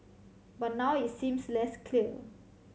but now it seems less clear